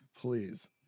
Please